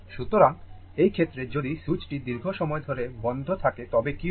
সুতরাং এই ক্ষেত্রে যদি সুইচটি দীর্ঘ সময় ধরে বন্ধ থাকে তবে কী হবে